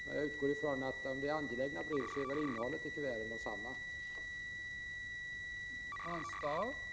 Jag utgår från att om det är angelägna brev är innehållet i kuvertet detsamma oavsett vad brevet kallas.